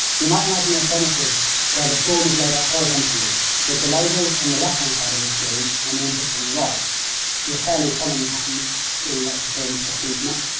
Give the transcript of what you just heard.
you might imagine an alternative where the form is laid out horizontally with the labels on the left hand side of the screen and the input on the right, so a fairly common pattern seen in lots of forms across the internet.